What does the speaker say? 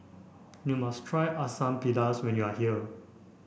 you must try Asam Pedas when you are here